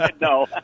No